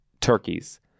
Turkeys